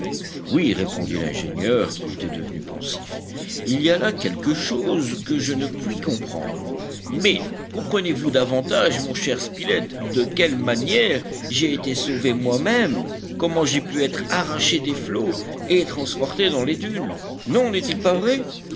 oui répondit l'ingénieur qui était devenu pensif il y a là quelque chose que je ne puis comprendre mais comprenez-vous davantage mon cher spilett de quelle manière j'ai été sauvé moimême comment j'ai pu être arraché des flots et transporté dans les dunes non n'est-il pas vrai